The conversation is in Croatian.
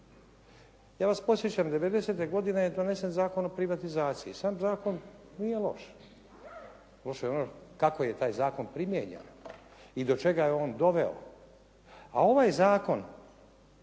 Ja vas podsjećam, 90. godine je donesen Zakon o privatizaciji. Sam zakon nije loš. Loše je ono kako je taj zakon primijenjen i do čega je on doveo. A ovaj zakon,